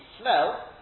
smell